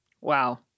Wow